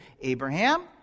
Abraham